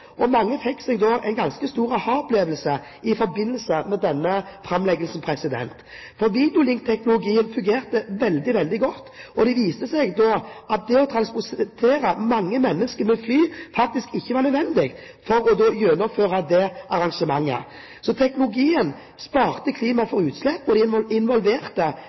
og mange fikk da en ganske stor aha-opplevelse i forbindelse med denne framleggelsen. Videolinkteknologien fungerte veldig godt, og det viste seg da at det å transportere mange mennesker med fly faktisk ikke var nødvendig for å gjennomføre det arrangementet. Teknologien sparte klimaet for utslipp, og de involverte